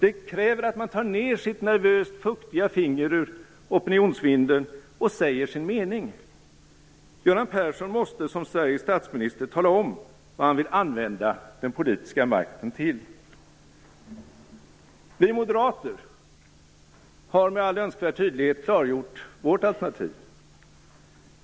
Det kräver att man tar ned sitt nervöst fuktiga finger ur opinionsvinden och säger sin mening. Göran Persson måste som Sveriges statsminister tala om vad han vill använda den politiska makten till. Vi moderater har med all önskvärd tydlighet klargjort vårt alternativ.